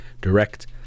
direct